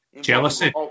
jealousy